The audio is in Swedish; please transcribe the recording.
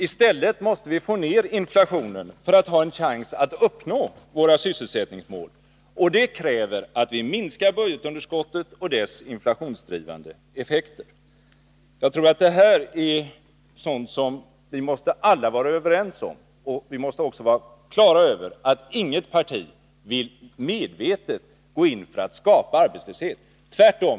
I stället måste vi få ner inflationen för att ha en chans att uppnå våra sysselsättningsmål — och detta kräver att vi minskar budgetunderskottet och dess inflationsdrivande effekter.” Jag tror att detta är sådant som vi alla måste vara överens om, och vi måste också vara på det klara med att inget parti medvetet vill gå in för att skapa arbetslöshet - tvärtom.